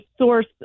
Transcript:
source